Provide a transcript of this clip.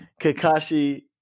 Kakashi